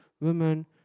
women